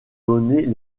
donner